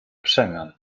przemian